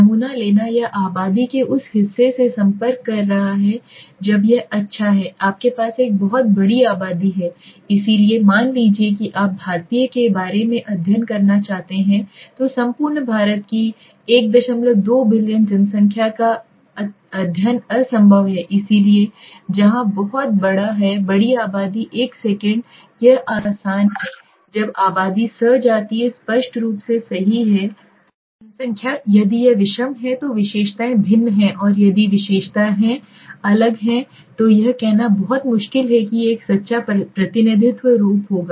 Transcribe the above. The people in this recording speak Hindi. नमूना लेना यह आबादी के उस हिस्से से संपर्क कर रहा है जब यह अच्छा है आपके पास एक बहुत बड़ी आबादी है इसलिए मान लीजिए कि आप भारतीय के बारे में अध्ययन करना चाहते हैं तो संपूर्ण भारत की 12 बिलियन जनसंख्या का अध्ययन असंभव है इसलिए जहां बहुत बड़ा है बड़ी आबादी एक सेकंड यह आसान है जब आबादी सजातीय स्पष्ट रूप से सही है जनसंख्या यदि यह विषम है तो विशेषताएँ भिन्न हैं और यदि विशेषता हैं अलग है तो यह कहना बहुत मुश्किल है कि यह एक सच्चा प्रतिनिधित्व होगा